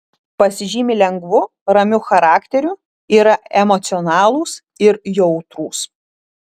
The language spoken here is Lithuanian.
pasižymi lengvu ramiu charakteriu yra emocionalūs ir jautrūs